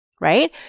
right